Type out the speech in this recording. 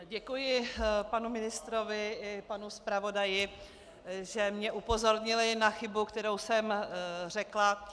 Děkuji panu ministrovi i panu zpravodaji, že mě upozornili na chybu, kterou jsem řekla.